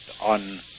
on